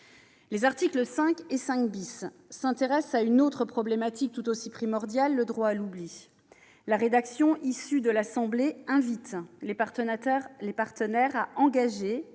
Les articles 5 et 5 s'intéressent à une autre problématique tout aussi primordiale : le droit à l'oubli. La rédaction issue de l'Assemblée nationale invite les partenaires à engager